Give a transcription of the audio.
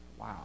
Wow